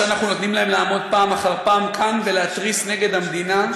שאנחנו נותנים להם לעמוד פעם אחר פעם כאן ולהתריס נגד המדינה,